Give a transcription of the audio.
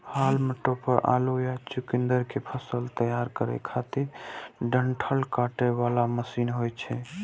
हाल्म topper आलू या चुकुंदर के फसल तैयार करै खातिर डंठल काटे बला मशीन होइ छै